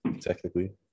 technically